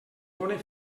done